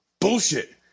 Bullshit